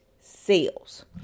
sales